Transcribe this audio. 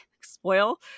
spoil